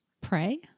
pray